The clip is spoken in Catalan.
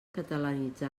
catalanitzar